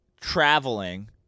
traveling